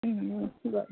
बरें